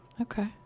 Okay